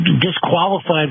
disqualified